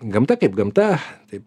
gamta kaip gamta taip